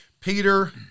Peter